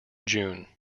june